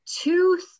two